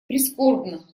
прискорбно